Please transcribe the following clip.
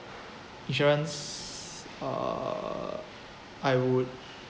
insurance uh I would